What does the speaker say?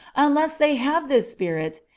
unless they have this spirit,